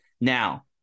Now